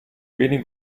beni